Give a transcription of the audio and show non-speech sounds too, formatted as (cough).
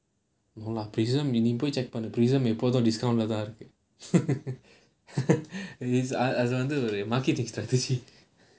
no lah Prism நீங்க போய்:neenga poyi check பண்ணுங்க:pannunga Prism எப்போதும்:eppothum discount leh தான் இருக்கு:thaan irukku (laughs) அது வந்து:adhu vanthu marketing strategy